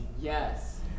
yes